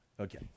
Okay